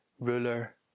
ruler